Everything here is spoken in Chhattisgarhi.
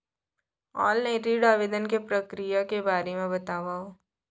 ऑनलाइन ऋण आवेदन के प्रक्रिया के बारे म बतावव?